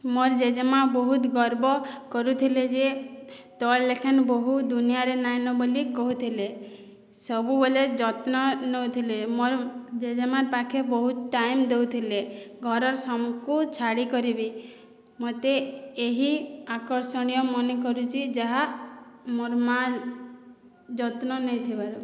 ମୋର୍ ଜେଜେମା' ବହୁତ୍ ଗର୍ବ କରୁଥିଲେ ଯେ ତୋର୍ ଲେଖେନ୍ ବୋହୁ ଦୁନିଆରେ ନାଇଁନ ବୋଲି କହୁଥିଲେ ସବୁବେଲେ ଯତ୍ନ ନଉଥିଲେ ମୋର୍ ଜେଜେମା' ପାଖେ ବହୁତ୍ ଟାଇମ୍ ଦଉଥିଲେ ଘରର୍ ସମ୍କୁ ଛାଡ଼ିକରି ବି ମୋତେ ଏହି ଆକର୍ଷଣୀୟ ମନେକରୁଛି ଯାହା ମୋର୍ ମା' ଯତ୍ନ ନେଇଥିବାରୁ